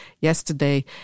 yesterday